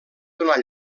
donar